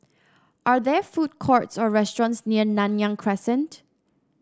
are there food courts or restaurants near Nanyang Crescent